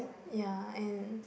ya and